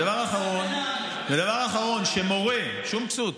ודבר אחרון, שמורה, שום כסות.